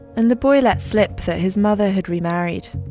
and the boy let slip that his mother had remarried.